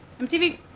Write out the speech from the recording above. mtv